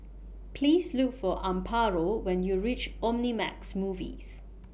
Please Look For Amparo when YOU REACH Omnimax Movies